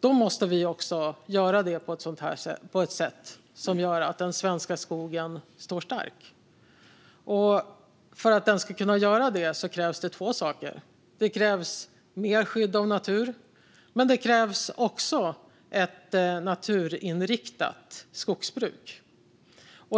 då måste vi göra det på ett sätt som gör att den svenska skogen står stark. För att den ska kunna göra det krävs två saker: Det krävs mer skydd av natur, men det krävs också ett naturinriktat skogsbruk.